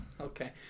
okay